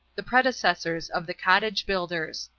the predecessors of the cottage-builders.